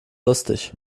lustig